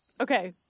Okay